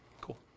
Cool